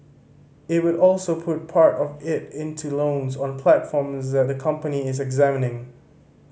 it will also put part of it into loans on platforms that the company is examining